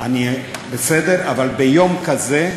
בסדר, אבל ביום כזה,